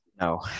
No